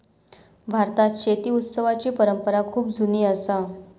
भारतात शेती उत्सवाची परंपरा खूप जुनी असा